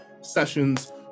sessions